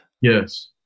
yes